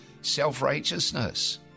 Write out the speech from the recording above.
self-righteousness